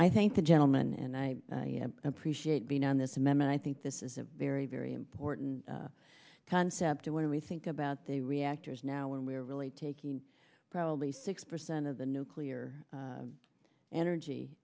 i thank the gentleman and i appreciate being on this amendment i think this is a very very important concept where we think about the reactors now when we're really taking probably six percent of the nuclear energy